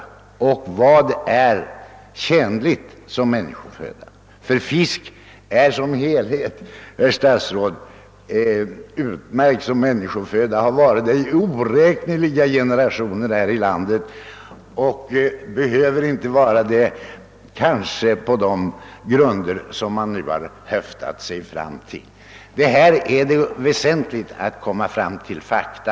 Som herr statsrådet vet är fisk i allmänhet utmärkt som människoföda och har varit det i oräkneliga generationer här i landet. Och fisken behöver kanske inte utdömas som människoföda på de grunder som man nu har kommit fram till på en höft. Här är det verkligen högst nödvändigt att komma fram till fakta.